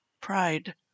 pride